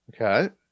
Okay